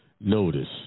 Notice